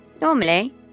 Normally